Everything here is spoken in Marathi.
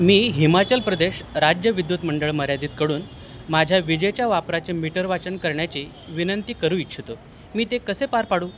मी हिमाचल प्रदेश राज्य विद्युत मंडळ मर्यादीतकडून माझ्या विजेच्या वापराचे मीटर वाचन करण्याची विनंती करू इच्छितो मी ते कसे पार पाडू